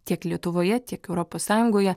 tiek lietuvoje tiek europos sąjungoje